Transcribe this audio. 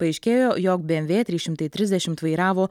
paaiškėjo jog bmw trys šimtai trisdešimt vairavo